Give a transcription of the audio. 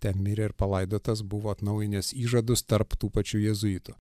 ten mirė ir palaidotas buvo atnaujinęs įžadus tarp tų pačių jėzuitų